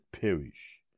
perish